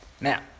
Now